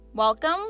Welcome